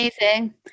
amazing